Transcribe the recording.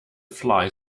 fly